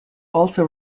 also